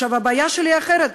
הבעיה שלי היא אחרת.